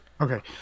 okay